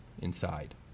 inside